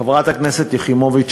חברת הכנסת יחימוביץ,